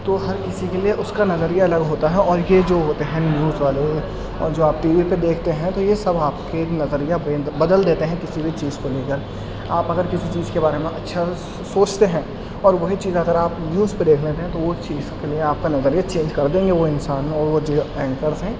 تو ہر کسی کے لیے اس کا نظریہ الگ ہوتا ہے اور یہ جو ہوتے ہیں نیوز والے اور جو آپ ٹی وی پہ دیکھتے ہیں تو یہ سب آپ کے نظریہ بدل دیتے ہیں کسی بھی چیز کو لے کر آپ اگر کسی چیز کے بارے میں اچھا سوچتے ہیں اور وہی چیز اگر آپ نیوز پہ دیکھ لیتے ہیں تو اس چیز کے لیے آپ کا نظریہ چینج کر دیں گے وہ انسان اور وہ جو اینکرس ہیں